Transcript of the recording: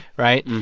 right?